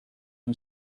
who